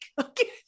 Okay